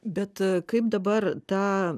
bet kaip dabar tą